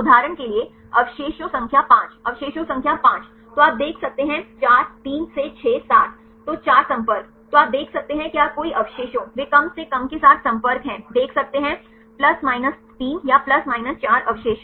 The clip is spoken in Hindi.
उदाहरण के लिए अवशेषों संख्या 5 अवशेषों संख्या 5 तो आप देख सकते हैं 4 3 से 6 7 तो 4 संपर्क तो आप देख सकते है क्या कोई अवशेषों वे कम से कम के साथ संपर्क है देख सकते ±3 या ±4 अवशेषों हैं